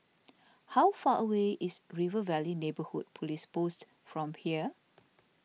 how far away is River Valley Neighbourhood Police Post from here